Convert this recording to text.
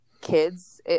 kids